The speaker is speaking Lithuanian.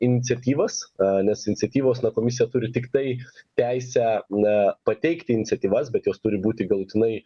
iniciatyvas a nes iniciatyvos na komisija turi tiktai teisę na pateikti iniciatyvas bet jos turi būti galutinai